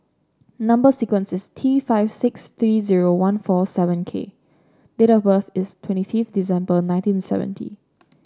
number sequence is T five six three zero one four seven K date of birth is twenty fifth December nineteen seventy